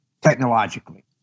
technologically